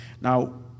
Now